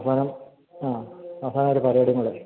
അപ്പം ആ ആ അപ്പം ആ പരേഡും കൂടെ